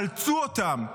תחלצו אותם,